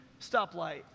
stoplight